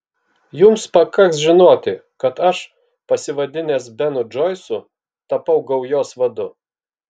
jums pakaks žinoti kad aš pasivadinęs benu džoisu tapau gaujos vadu